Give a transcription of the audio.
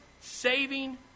saving